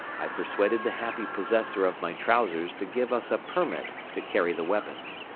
i persuaded the happy possessor of my trousers to give us a permit to carry the weapons.